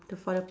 to further